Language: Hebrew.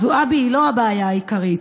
זועבי היא לא הבעיה העיקרית,